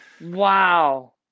Wow